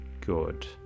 good